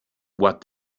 what